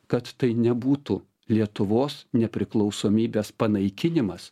kad tai nebūtų lietuvos nepriklausomybės panaikinimas